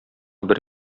бер